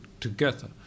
together